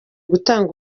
gutanga